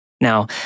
Now